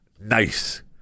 Nice